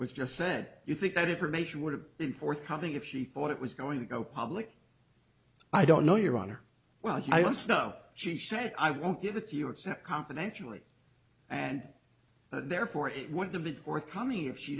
was just said you think that information would have been forthcoming if she thought it was going to go public i don't know your honor well i just know she said i won't give it you except confidentially and therefore it would have been forthcoming if she